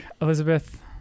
elizabeth